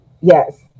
Yes